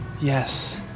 yes